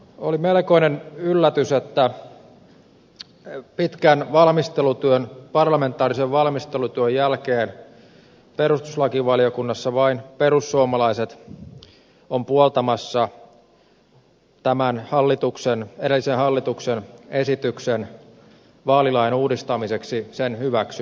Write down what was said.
oli melkoinen yllätys että pitkän parlamentaarisen valmistelutyön jälkeen perustuslakivaliokunnassa vain perussuomalaiset ovat puoltamassa tämän vaalilain uudistamista koskevan edellisen hallituksen esityksen hyväksymistä